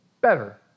better